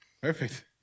Perfect